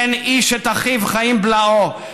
פן איש את אחיו חיים בלעו,